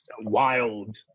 wild